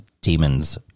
demons